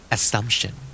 Assumption